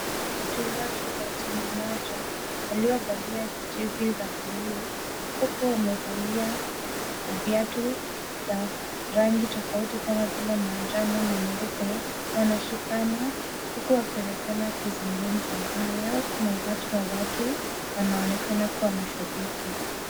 Wachezaji wa timu moja waliovalia jezi za blue , huku wamevalia viatu za rangi tofauti kama vile manjano na nyeupe, wanashikana huku wakionekana kuzungumza. Nyuma yao kuna umati wa watu wanaonekana kuwa mashabiki.